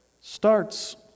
starts